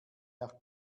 nach